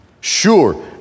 Sure